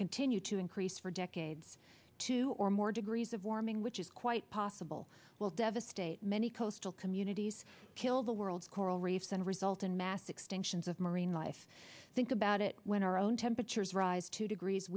continue to increase for decades two or more degrees of warming which is quite possible will devastate many coastal communities kill the world coral reefs and result in math extinctions of marine life think about it when our own temperatures rise two degrees